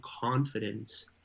confidence